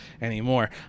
anymore